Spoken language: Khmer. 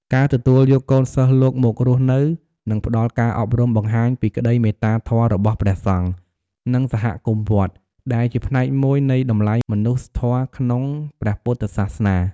ការទទួលយកកូនសិស្សលោកមករស់នៅ និងផ្ដល់ការអប់រំបង្ហាញពីក្ដីមេត្តាធម៌របស់ព្រះសង្ឃ និងសហគមន៍វត្ត ដែលជាផ្នែកមួយនៃតម្លៃមនុស្សធម៌ក្នុងព្រះពុទ្ធសាសនា។